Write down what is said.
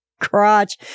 crotch